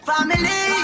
Family